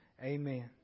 Amen